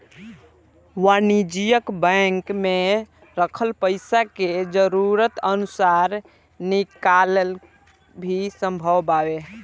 वाणिज्यिक बैंक में रखल पइसा के जरूरत अनुसार निकालल भी संभव बावे